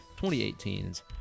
2018's